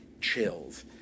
chills